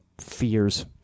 fears